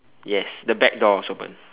yes the back door was open